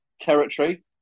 territory